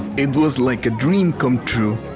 it was like a dream come true.